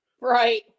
Right